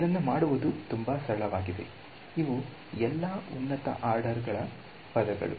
ಇದನ್ನು ಮಾಡುವುದು ತುಂಬಾ ಸರಳವಾಗಿದೆ ಇವು ಎಲ್ಲಾ ಉನ್ನತ ಆರ್ಡರ್ ನ ಪದಗಳು